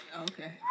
Okay